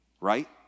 right